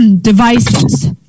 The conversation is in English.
devices